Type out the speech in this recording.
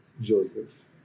Joseph